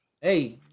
Hey